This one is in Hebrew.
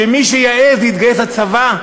שמי שיעז להתגייס לצבא,